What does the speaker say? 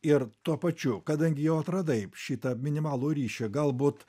ir tuo pačiu kadangi jau atradai šitą minimalų ryšį galbūt